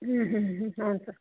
ಹ್ಞೂ ಹ್ಞೂ ಹ್ಞೂ ಹಾಂ ಸರ್